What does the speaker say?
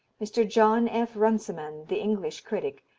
mr. john f. runciman, the english critic,